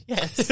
Yes